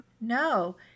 No